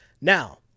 Now